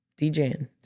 DJing